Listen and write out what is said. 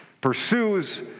pursues